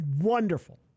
Wonderful